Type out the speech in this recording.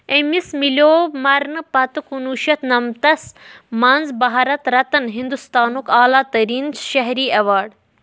أمِس مِلٮ۪وٚو مرنہٕ پتہٕ کُنوُہ شیٚتھ نَمتَس منٛز بھارت رتن، ہندوستانُک اعلیٰ تٔریٖن شہری ایوارڈ